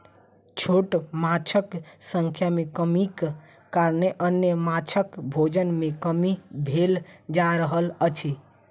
छोट माँछक संख्या मे कमीक कारणेँ अन्य माँछक भोजन मे कमी भेल जा रहल अछि